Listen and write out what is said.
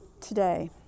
today